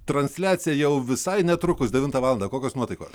transliacija jau visai netrukus devintą valandą kokios nuotaikos